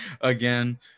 again